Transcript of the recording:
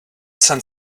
send